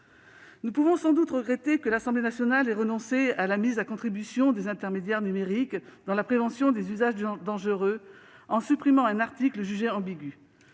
Nous pouvons sans doute regretter que l'Assemblée nationale ait renoncé à la mise à contribution des intermédiaires numériques dans la prévention des usages dangereux en supprimant un article jugé ambigu.